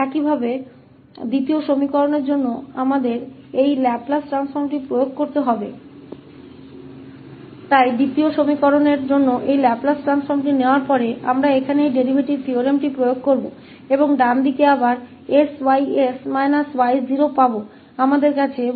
इसी तरह दूसरे समीकरण के लिए हमें इस लैपलेस ट्रांसफॉर्म को लागू करना होगा इसलिए दूसरे समीकरण के लिए इस लैपलेस ट्रांसफॉर्म को लेने के बाद हम फिर से 𝑠𝑌𝑠 − 𝑦 प्राप्त करेंगे यहां इस डेरीवेटिव थ्योरम को लागू करके और दाईं ओर हमारे पास 𝑌𝑠 − 2𝑋𝑠 के लिए है